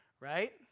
right